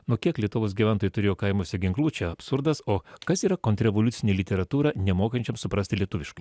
nu kiek lietuvos gyventojai turėjo kaimuose ginklų čia absurdas o kas yra kontrrevoliucinė literatūra nemokančiam suprasti lietuviškai